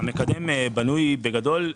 המקדם בנוי, בגדול,